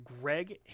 Greg